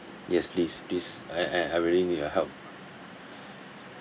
yes please please I I I really need your help